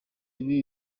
ibi